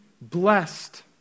Blessed